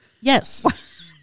Yes